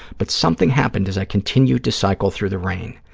but something happened as i continued to cycle through the rain.